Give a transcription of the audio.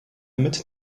mid